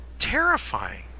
terrifying